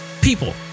People